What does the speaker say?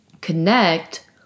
connect